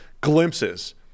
glimpses